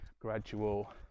gradual